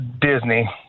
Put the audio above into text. Disney